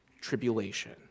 Tribulation